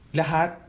lahat